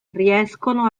riescono